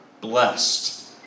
blessed